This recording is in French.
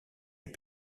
est